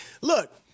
look